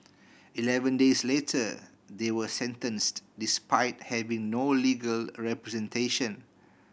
eleven days later they were sentenced despite having no legal representation